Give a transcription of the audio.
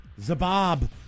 Zabob